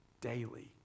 daily